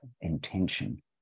intention